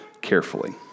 carefully